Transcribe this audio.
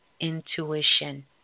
intuition